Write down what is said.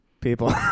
people